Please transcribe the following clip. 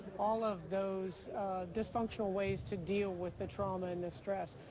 all of those dysfunctional ways to deal with the trauma and the stress.